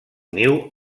niu